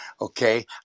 Okay